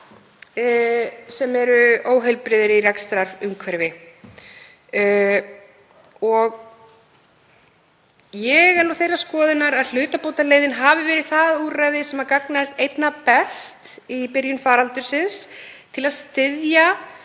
sem eru óheilbrigðir í rekstrarumhverfi. Ég er þeirrar skoðunar að hlutabótaleiðin hafi verið það úrræði sem gagnaðist einna best í byrjun faraldursins til að styðja